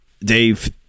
Dave